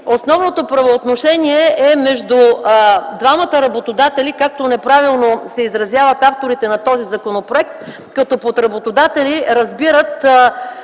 основното правоотношение е между двамата работодатели, както неправилно се изразяват авторите на този законопроект, като под работодатели разбират